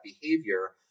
behavior